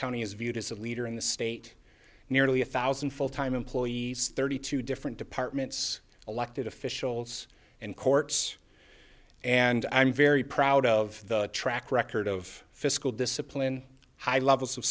county is viewed as a leader in the state nearly a thousand full time employees thirty two different departments elected officials and courts and i'm very proud of the track record of fiscal discipline high levels of